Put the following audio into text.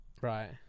Right